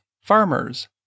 farmers